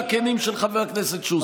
חבר הכנסת שוסטר,